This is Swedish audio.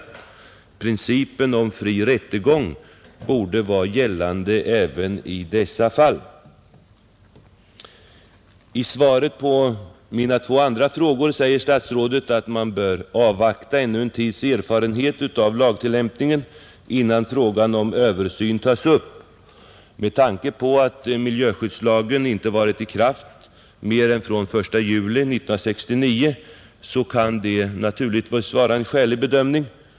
Principen om fri rättegång borde gälla även i dessa fall. Som svar på mina två andra frågor säger statsrådet att man bör avvakta ännu en tids erfarenhet av lagtillämpningen innan frågan om översyn tas upp. Med tanke på att miljöskyddslagen inte varit i kraft längre än från den 1 juli 1969 kan det naturligtvis vara en skälig bedömning.